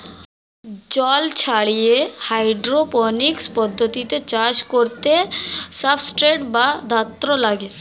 জল ছাড়িয়ে হাইড্রোপনিক্স পদ্ধতিতে চাষ করতে সাবস্ট্রেট বা ধাত্র লাগে